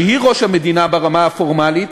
שהיא ראש המדינה ברמה הפורמלית,